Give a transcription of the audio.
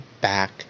back